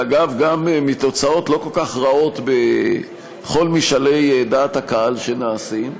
ואגב גם מתוצאות לא כל כך רעות בכל משאלי דעת הקהל שנעשים,